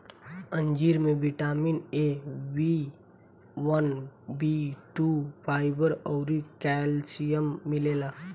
अंजीर में vitamin A, B one, B two, fibre अउरी कैल्शियम मिलेला